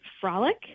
frolic